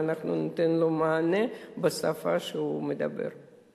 ואנחנו ניתן לו מענה בשפה שהוא מדבר בה.